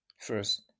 First